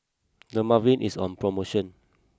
Dermaveen is on promotion